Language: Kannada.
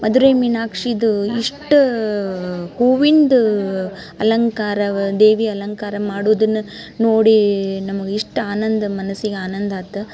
ಮಧುರೈ ಮೀನಾಕ್ಷಿಯದು ಇಷ್ಟ ಹೂವಿನದು ಅಲಂಕಾರ ವ ದೇವಿ ಅಲಂಕಾರ ಮಾಡೋದನ್ನು ನೋಡಿ ನಮ್ಗೆ ಎಷ್ಟು ಆನಂದ ಮನಸಿಗೆ ಆನಂದ ಆತು